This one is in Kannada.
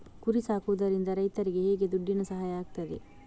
ಕುರಿ ಸಾಕುವುದರಿಂದ ರೈತರಿಗೆ ಹೇಗೆ ದುಡ್ಡಿನ ಸಹಾಯ ಆಗ್ತದೆ?